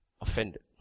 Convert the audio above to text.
offended